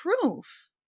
proof